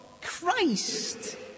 Christ